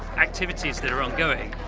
activities that are ongoing.